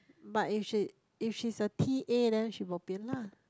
but if she if she's a P_A then she bo pian lah